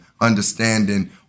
Understanding